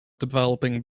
developing